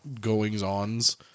goings-ons